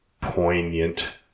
poignant